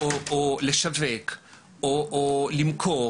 או לשווק או למכור